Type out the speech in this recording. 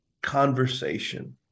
conversation